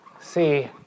See